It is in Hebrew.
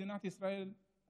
מדינת ישראל,